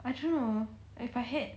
I don't know if I had